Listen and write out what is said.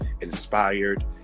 inspired